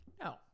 No